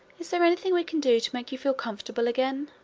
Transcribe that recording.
is there anything we can do to make you feel comfortable again?